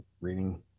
reading